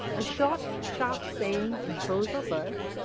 a short, sharp saying in prose or verse,